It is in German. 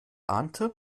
ahnte